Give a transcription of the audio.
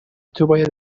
توباید